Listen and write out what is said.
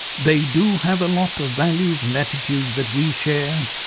they do have a lot of values and attitudes that we share,